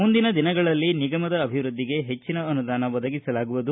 ಮುಂದಿನ ದಿನಗಳಲ್ಲಿ ನಿಗಮದ ಅಭಿವೃದ್ಧಿಗೆ ಹೆಚ್ಚಿನ ಅನುದಾನ ಒದಗಿಸಲಾಗುವುದು